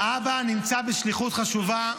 ואבא נמצא בשליחות חשובה.